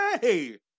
Hey